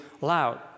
loud